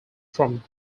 from